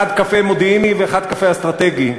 אחד קפה מודיעיני ואחד קפה אסטרטגי,